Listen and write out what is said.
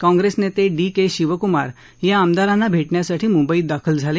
कॉंग्रेस नेते डी के शिवकुमार या आमदारांना भेटण्यासाठी मुंबईत दाखल झाले